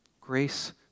Grace